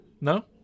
No